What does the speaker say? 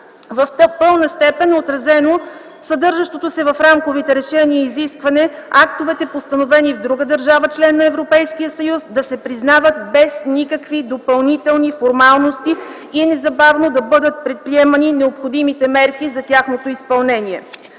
В пълна степен е отразено съдържащото се в рамковите решения изискване актовете, постановени в друга държава – членка на Европейския съюз, да се признават без никакви допълнителни формалности и незабавно да бъдат предприемани необходимите мерки за тяхното изпълнение.